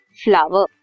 flower